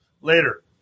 Later